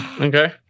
Okay